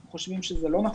אנחנו חושבים שזה לא נכון.